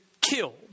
killed